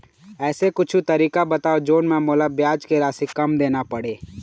ऐसे कुछू तरीका बताव जोन म मोला ब्याज के राशि कम देना पड़े?